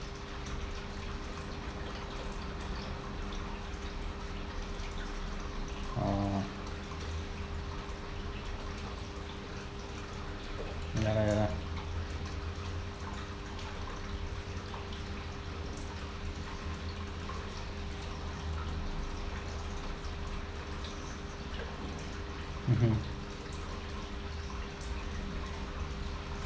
uh ya lah ya lah mmhmm